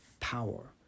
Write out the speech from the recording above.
power